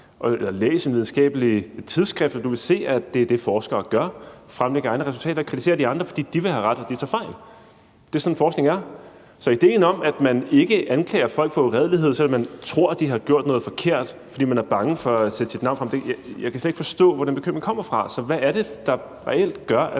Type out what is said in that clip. læs et videnskabeligt tidsskrift, og du vil se, at det er det, forskere gør: fremlægger egne resultater og kritiserer de andre, fordi de selv vil have ret og de andre tager fejl. Det er sådan, forskning er. Så idéen om, at man ikke anklager folk for uredelighed, selv om man tror, de har gjort noget forkert, fordi man er bange for at sætte sit navn på, kan jeg slet ikke forstå. Hvor kommer den bekymring fra? Hvad er det, der reelt gør, at